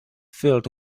filled